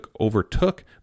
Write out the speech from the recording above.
overtook